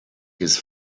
his